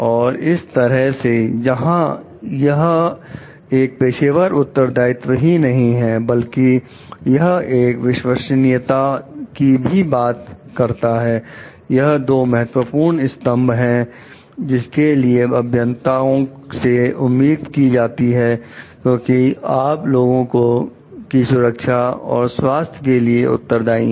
और इस तरह से जहां यह एक पेशेवर उत्तरदायित्व ही नहीं है बल्कि यह एक विश्वसनीयता की भी बात करता है यह दो महत्वपूर्ण स्तंभ है जिनके लिए अभियंताओं से उम्मीद की जाती है क्योंकि आप लोगों की सुरक्षा और स्वास्थ्य के लिए उत्तरदाई हैं